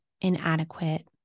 inadequate